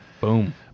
boom